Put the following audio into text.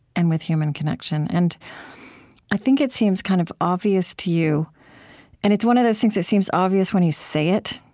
and with human connection. and i think it seems kind of obvious to you and it's one of those things that seems obvious when you say it,